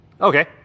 Okay